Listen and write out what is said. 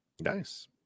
Nice